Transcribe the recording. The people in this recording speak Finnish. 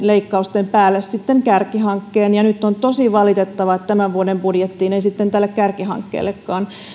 leikkausten päälle kärkihankkeen nyt on tosi valitettavaa että tämän vuoden budjettiin ei tälle kärkihankkeellekaan